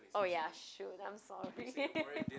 oh ya shoot I'm sorry